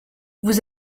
vous